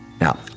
Now